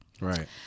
Right